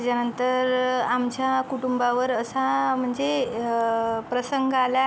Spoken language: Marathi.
त्याच्यानंतर आमच्या कुटुंबावर असा म्हणजे प्रसंग आला